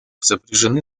сопряжены